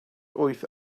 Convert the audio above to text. wyth